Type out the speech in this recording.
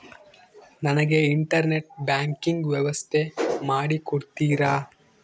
ನನಗೆ internet banking ವ್ಯವಸ್ಥೆ ಮಾಡಿ ಕೊಡ್ತೇರಾ?